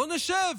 בואו נשב,